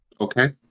Okay